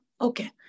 okay